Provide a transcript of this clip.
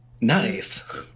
nice